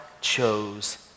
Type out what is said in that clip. chose